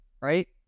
right